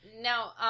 now